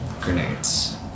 grenades